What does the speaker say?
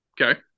Okay